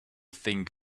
think